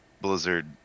blizzard